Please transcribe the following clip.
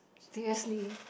previously